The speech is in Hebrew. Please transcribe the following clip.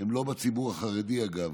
אחים ואחיות שלנו, ברחבי העולם,